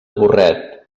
burret